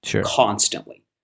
constantly